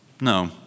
No